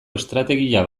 estrategia